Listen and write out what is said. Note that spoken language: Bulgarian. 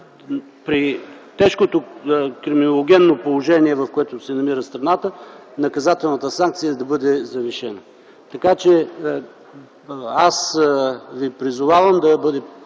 при тежкото криминологенно положение, в което се намира страната, наказателната санкция да бъде завишена. Така че ви призовавам да бъде